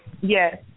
yes